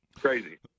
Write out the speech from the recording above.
Crazy